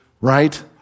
right